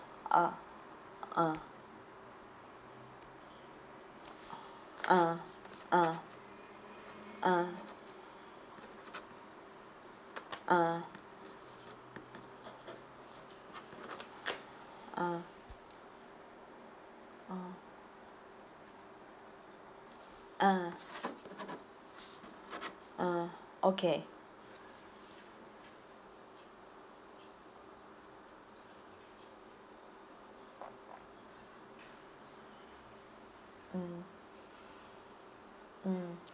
ah ah ah ah ah ah ah ah ah ah okay mm mm